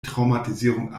traumatisierung